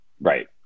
right